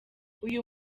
uyu